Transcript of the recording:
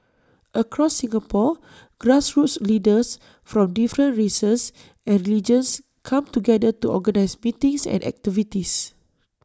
across Singapore grassroots leaders from different races and religions come together to organise meetings and activities